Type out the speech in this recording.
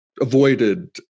avoided